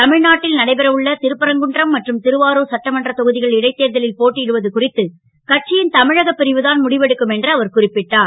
தமி நாட்டில் நடைபெற உள்ள ருப்பரங்குன்றம் மற்றும் ருவாருர் சட்டமன்ற தொகு கள் இடைத்தேர்தலில் போட்டி டுவது குறித்து கட்சி ன் தமிழக பிரிவு தான் முடிவெடுக்கும் என்று அவர் குறிப்பிட்டார்